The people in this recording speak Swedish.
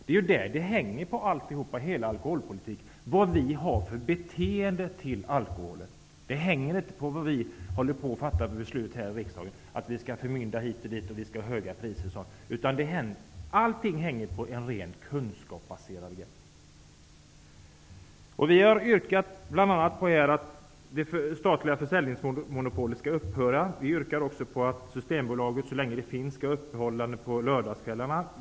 Hela alkoholpolitiken hänger ihop med vad vi har för beteende i fråga om alkohol, inte med vad vi fattar för beslut i riksdagen eller med att vi skall förmynda hit och dit och ha höga priser. Allting hänger på kunskap. Vi har yrkat bl.a. på att det statliga försäljningsmonopolet skall upphöra. Vi yrkar på att Systembolaget, så länge det finns, skall hålla öppet på lördagskvällarna.